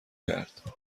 کرد